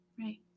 Right